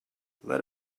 let